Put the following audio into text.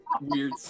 Weird